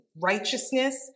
righteousness